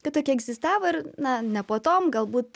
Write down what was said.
kad tokie egzistavo ir na ne puotom galbūt